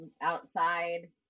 outside